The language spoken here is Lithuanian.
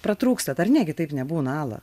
pratrūkstat ar negi taip nebūna ala